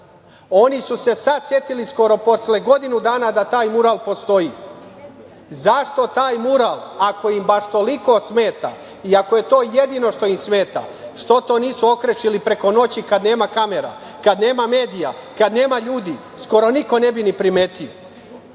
Oni su se sad setili skoro posle godinu dana da taj mural postoji. Zašto taj mural, ako im baš toliko smeta, i ako je to jedino što im smeta, što to nisu okrečili preko noći kada nema kamera, kada nema medija, kada nema ljudi? Skoro niko ne bi ni primetio. Ne,